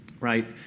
right